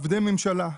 עובדי ממשלה,